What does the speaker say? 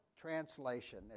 translation